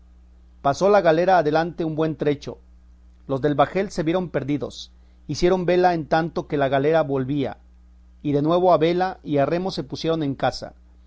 pasó la galera adelante un buen trecho los del bajel se vieron perdidos hicieron vela en tanto que la galera volvía y de nuevo a vela y a remo se pusieron en caza